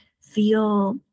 feel